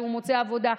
שהוא מוצא עבודה.